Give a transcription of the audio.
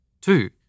Two